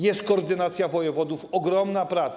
Jest koordynacja wojewodów - ogromna praca.